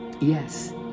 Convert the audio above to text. Yes